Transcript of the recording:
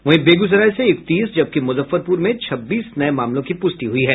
वहीं बेगूसराय से इकतीस जबकि मुजफ्फरपुर में छब्बीस नये मामलों की पुष्टि हुई है